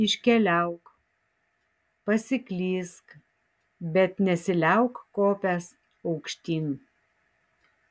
iškeliauk pasiklysk bet nesiliauk kopęs aukštyn